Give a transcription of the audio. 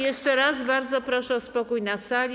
Jeszcze raz bardzo proszę o spokój na sali.